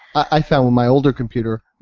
i found in my older computer,